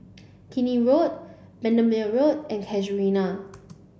Keene Road Bendemeer Road and Casuarina